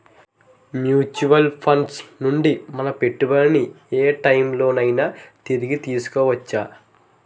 Mutual funds నుండి మన పెట్టుబడిని ఏ టైం లోనైనా తిరిగి తీసుకోవచ్చా?